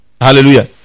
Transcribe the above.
Hallelujah